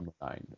nine